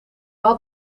had